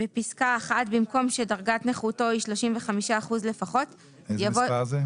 הצבעה בעד, 0 נגד, 7 נמנעים, אין לא אושר.